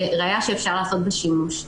ראיה שאפשר לעשות בה שימוש.